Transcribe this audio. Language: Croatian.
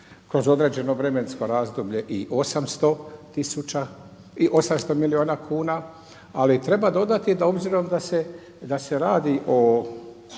kroz određeno vremensko razdoblje i 800 milijuna kuna, ali treba dodati da s obzirom da se radi o